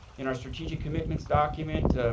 in our strategics commitments document,